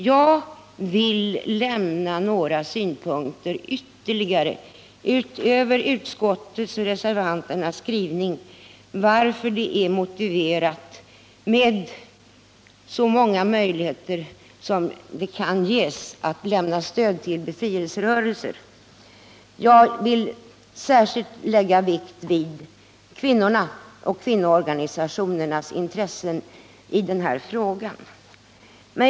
Jag vill här ge ytterligare några synpunkter utöver dem som framkommit av utskottets och reservanternas skrivning kring frågan om varför det är motiverat med så många möjligheter som det kan ges att lämna stöd till befrielserörelser. Jag vill särskilt lägga vikt vid kvinnornas och kvinnoorganisationernas intressen i den här frågan.